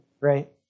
Right